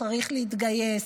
צריך להתגייס?